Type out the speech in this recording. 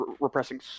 repressing